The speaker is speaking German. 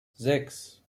sechs